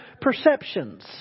perceptions